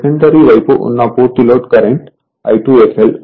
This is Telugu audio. సెకండరీ వైపు ఉన్న పూర్తి లోడ్ కరెంట్ I2fl